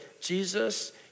Jesus